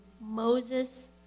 Moses